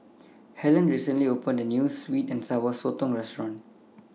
Hellen recently opened A New Sweet and Sour Sotong Restaurant